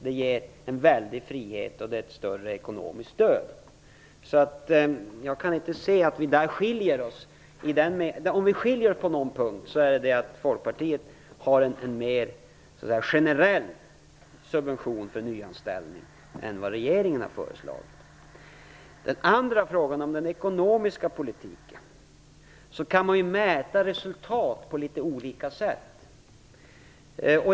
Det är ett större ekonomiskt stöd som ger en väldig frihet. Jag kan inte se att vi där skiljer oss. Om vi skiljer oss på någon punkt är det att Folkpartiet har en mer generell subvention för nyanställning än vad regeringen har föreslagit. Den andra frågan gäller den ekonomiska politiken. Där kan man mäta resultat på olika sätt.